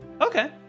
Okay